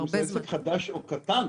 עסק חדש או קטן.